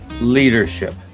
leadership